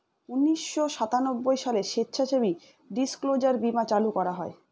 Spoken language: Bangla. উনিশশো সাতানব্বই সালে স্বেচ্ছাসেবী ডিসক্লোজার বীমা চালু করা হয়